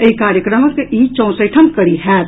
एहि कार्यक्रमक ई चौसठम कड़ी होयत